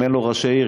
אם אין לו ראשי עיר,